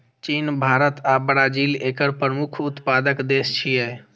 चीन, भारत आ ब्राजील एकर प्रमुख उत्पादक देश छियै